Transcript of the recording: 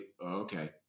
okay